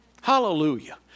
Hallelujah